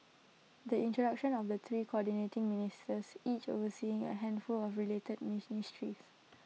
the introduction of the three Coordinating Ministers each overseeing A handful of related ministries